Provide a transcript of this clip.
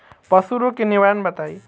पशु रोग के निवारण बताई?